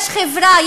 יש חברה,